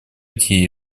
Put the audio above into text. эти